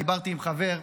דיברתי עם חבר.